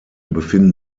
befinden